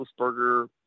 Roethlisberger